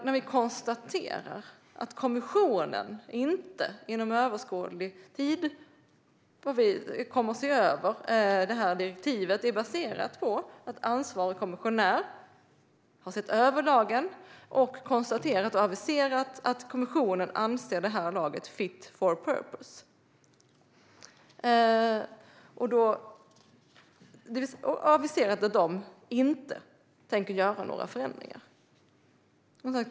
När vi konstaterar att kommissionen inte inom överskådlig tid kommer att se över detta direktiv är det baserat på att ansvarig kommissionär har sett över lagen och konstaterat och aviserat att kommissionen anser den vara fit for purpose och att man inte tänker göra några förändringar.